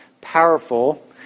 powerful